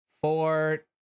Four